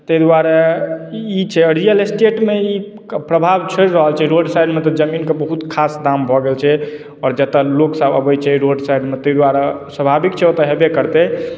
ताहि दुआरे ई छै आओर रियल इस्टेटमे ई प्रभाव छोड़ि रहल छै रोड साइडमे तऽ जमीनके बहुत खास दाम भऽ गेल छै आओर जतय लोक सभ अबै छै रोड साइडमे ताहि दुआरे स्वाभाविक छै ओतौ हेबै करतै